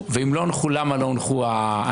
הונחו, ואם לא הונחו, למה לא הונחו הנהלים.